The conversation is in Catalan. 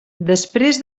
després